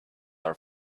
are